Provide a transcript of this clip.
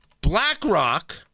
BlackRock